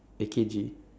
A K G